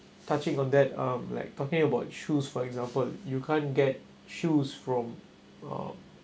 touching on that um like talking about shoes for example you can't get shoes from um